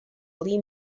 lee